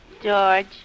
George